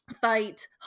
fight